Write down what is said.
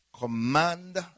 command